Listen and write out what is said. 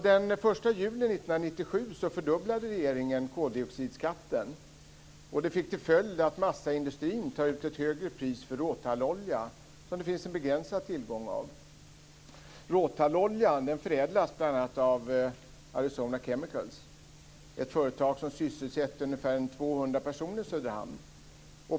Den 1 juli 1997 fördubblade regeringen koldioxidskatten. Det har fått till följd att massaindustrin tar ut ett högre pris för råtallolja, som det finns en begränsad tillgång av. Råtalloljan förädlas bl.a. av Arizona Chemical AB, ett företag i Söderhamn som sysselsätter ungefär 200 personer.